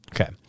Okay